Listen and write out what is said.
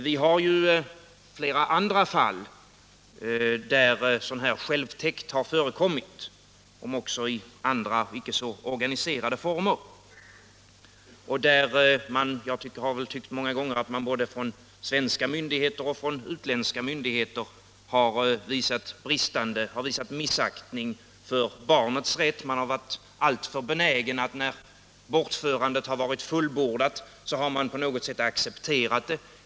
Vi har haft flera andra fall där sådan självtäkt har förekommit, om också i andra, icke så organiserade former, och där jag tycker att det många gånger både från svenska myndigheter och från utländska myndigheter har visats missaktning för barnets rätt. Man har varit alltför benägen att när bortförandet har varit fullbordat på något sätt acceptera det.